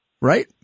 right